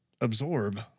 absorb